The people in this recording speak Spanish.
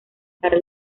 para